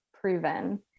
proven